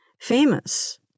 famous